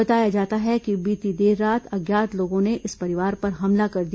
बताया जाता है कि बीती देर रात अज्ञात लोगों ने इस परिवार पर हमला कर दिया